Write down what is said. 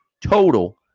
total